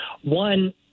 One